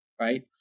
right